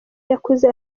yakuze